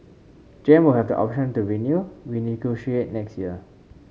Gem will have an option to renew renegotiate next year